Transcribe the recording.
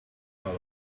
out